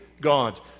God